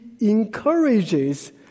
encourages